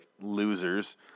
losers